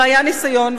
והיה ניסיון,